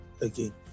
again